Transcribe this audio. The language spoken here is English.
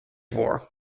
war